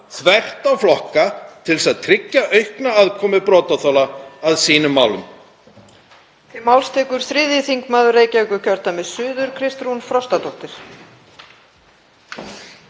þvert á flokka til að tryggja aukna aðkomu brotaþola að málum sínum.